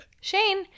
Shane